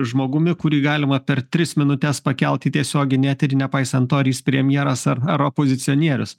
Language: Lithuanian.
žmogumi kurį galima per tris minutes pakelt į tiesioginį eterį nepaisant to ar jis premjeras ar ar opozicionierius